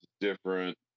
different